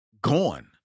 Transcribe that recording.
gone